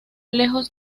lejos